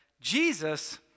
Jesus